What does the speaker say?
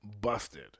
busted